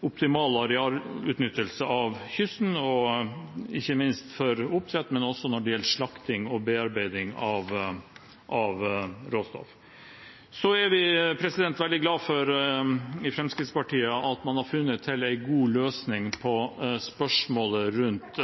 optimal arealutnyttelse av kysten – ikke minst for oppdrett, men også når det gjelder slakting og bearbeiding av råstoff. Vi i Fremskrittspartiet er veldig glade for at man har funnet en god løsning på spørsmålet rundt